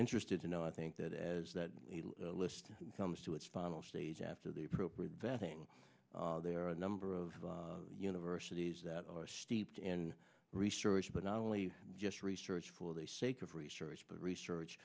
interested to know i think that as that list comes to its final stage after the appropriate vetting there are a number of universities that are steeped in research but not only just research for the sake of research but research